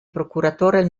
procuratore